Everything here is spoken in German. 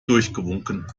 durchgewunken